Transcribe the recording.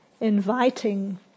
inviting